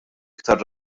iktar